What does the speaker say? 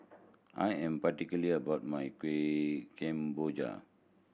I am particular about my Kueh Kemboja